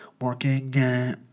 working